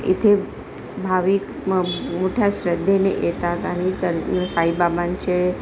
इथे भाविक म मोठ्या श्रद्धेने येतात आणि साईबाबांचे